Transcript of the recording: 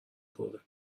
پره